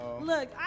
Look